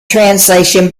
translation